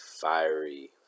fiery